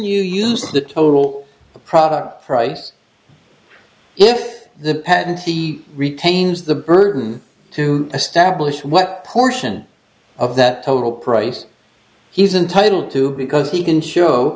you use the total product price if the patent he retains the burden to establish what portion of that total price he's entitled to because he can show